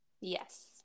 yes